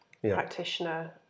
practitioner